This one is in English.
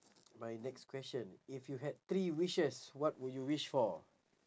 my next question if you had three wishes what would you wish for